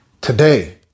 Today